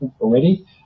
already